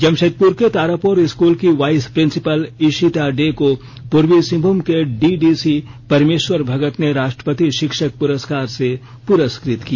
जमशेदपुर के तारापोर स्कूल की vice principal Ishita Dey को पूर्वी सिंहमूम के डीडीसी परमेश्वर भगत ने राष्ट्रपति शिक्षक पुरस्कार से पुरस्कृत किया